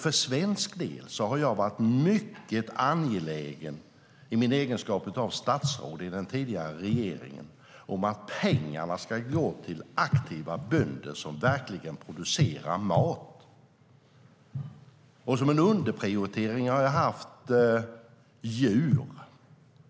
För svensk del har jag varit mycket angelägen, i egenskap av statsråd i den tidigare regeringen, om att pengarna ska gå till aktiva bönder som verkligen producerar mat. Som en underprioritering har jag haft djur.